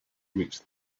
reached